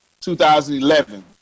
2011